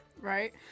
Right